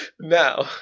Now